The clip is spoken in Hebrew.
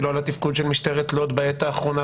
לו על תפקוד משטרת לוד ומפקד המשטרה בעת האחרונה.